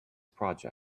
project